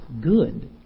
good